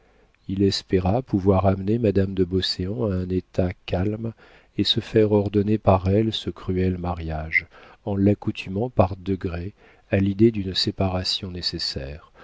il espéra pouvoir amener madame de beauséant à un état calme et se faire ordonner par elle ce cruel mariage en l'accoutumant par degrés à l'idée d'une séparation nécessaire